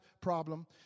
problem